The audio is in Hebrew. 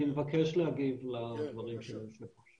אני מבקש להגיב לדברים של היושב ראש.